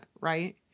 Right